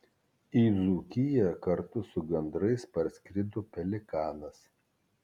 į dzūkiją kartu su gandrais parskrido pelikanas